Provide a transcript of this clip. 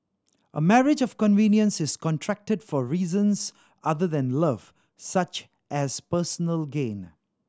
a marriage of convenience is contracted for reasons other than love such as personal gain